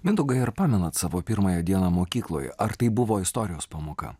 mindaugai ar pamenat savo pirmąją dieną mokykloj ar tai buvo istorijos pamoka